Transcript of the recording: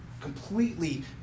completely